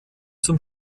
zum